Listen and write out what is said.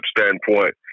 standpoint